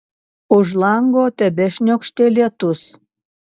už lango tebešniokštė lietus